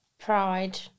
pride